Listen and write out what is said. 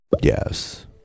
Yes